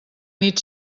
nit